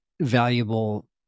valuable